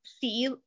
see